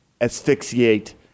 asphyxiate